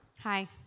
Hi